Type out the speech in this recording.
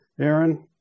Aaron